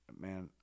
man